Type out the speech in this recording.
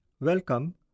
Welcome